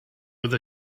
with